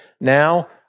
now